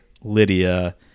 Lydia